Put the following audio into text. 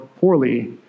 poorly